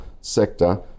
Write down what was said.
sector